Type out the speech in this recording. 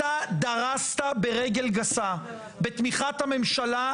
אתה דרסת ברגל גסה בתמיכת הממשלה,